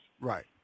Right